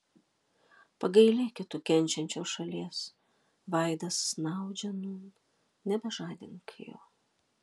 pagailėki tu kenčiančios šalies vaidas snaudžia nūn nebežadink jo